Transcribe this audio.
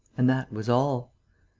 and that was all.